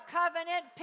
covenant